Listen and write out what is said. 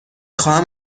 خواهم